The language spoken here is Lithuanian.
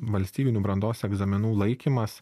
valstybinių brandos egzaminų laikymas